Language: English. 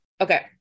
Okay